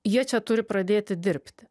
jie čia turi pradėti dirbti